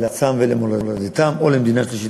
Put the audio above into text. לארצם ולמולדתם או למדינה שלישית,